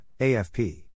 AFP